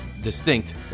distinct